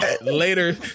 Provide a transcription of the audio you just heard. Later